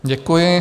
Děkuji.